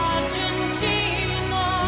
Argentina